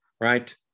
right